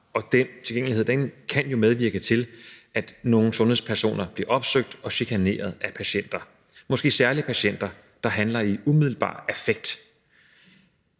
og den tilgængelighed kan jo medvirke til, at nogle sundhedspersoner bliver opsøgt og chikaneret af patienter, måske særlig patienter, der handler i umiddelbar affekt.